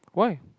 why